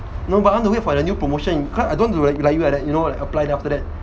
no but I want to wait for a new promotion cause I don't want like you like that you know like apply then after that